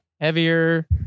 Heavier